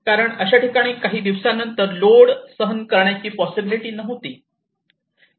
कारण अशा ठिकाणी काही दिवसानंतर लोड सहन करण्याचे पॉसिबीलिटि नव्हती